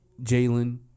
Jalen